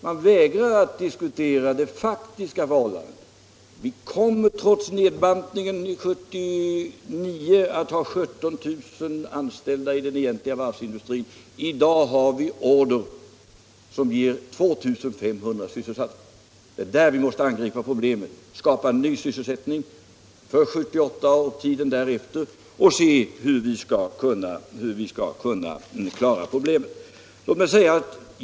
Man vägrar att diskutera de faktiska förhållandena. Vi kommer, trots nedbantningen, år 1979 att ha 17 000 anställda i den egentliga varvsindustrin. I dag har vi order som ger 2 500 arbetare sysselsättning. Där måste vi angripa problemen — skapa ny sysselsättning för 1978 och tiden därefter och se hur vi skall kunna klara det hela.